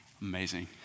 Amazing